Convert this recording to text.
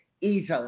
easily